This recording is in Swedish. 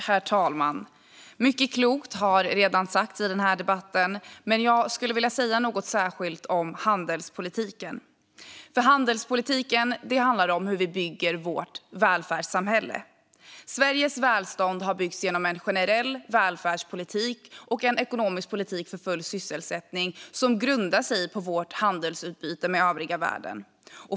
Herr talman! Mycket klokt har redan sagts i den här debatten, men jag skulle vilja säga något särskilt om handelspolitiken. Handelspolitiken handlar om hur vi bygger vårt välfärdssamhälle. Sveriges välstånd har byggts genom en generell välfärdspolitik och en ekonomisk politik för full sysselsättning som grundar sig på vårt handelsutbyte med övriga världen.